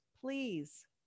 please